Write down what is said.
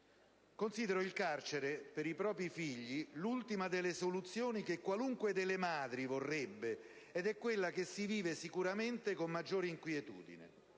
Considero il carcere per i propri figli l'ultima delle soluzioni che qualunque delle madri vorrebbe, quella che si vive sicuramente con maggiore inquietudine,